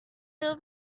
will